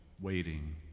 waiting